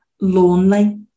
lonely